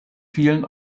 vielen